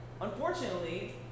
Unfortunately